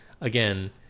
again